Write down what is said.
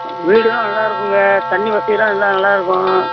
வீடுலாம் நல்லா இருக்கும்ங்க தண்ணி வசதிலாம் எல்லாம் நல்லாயிருக்கும்